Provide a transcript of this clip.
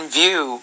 view